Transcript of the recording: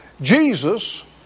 Jesus